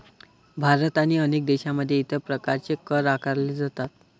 भारत आणि अनेक देशांमध्ये इतर प्रकारचे कर आकारले जातात